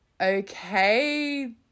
okay